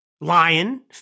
lion